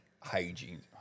hygiene